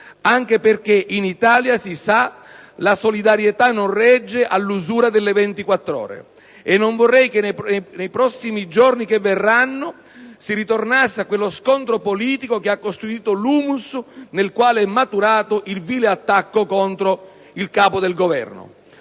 Anche perché in Italia, si sa, la solidarietà non regge all'usura delle ventiquattr'ore. E non vorrei che, nei prossimi giorni che verranno, si ritornasse a quello scontro politico che ha costituito l'*humus* nel quale è maturato il vile attacco contro il Capo del Governo.